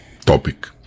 topic